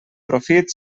profit